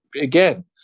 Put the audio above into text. again